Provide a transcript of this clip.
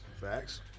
Facts